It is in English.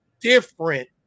different